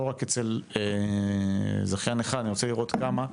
לא רק אצל זכיין אחד אלא אני רוצה לראות כמה,